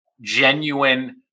genuine